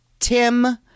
Tim